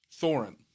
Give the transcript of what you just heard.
Thorin